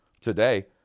today